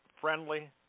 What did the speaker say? friendly